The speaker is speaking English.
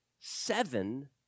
seven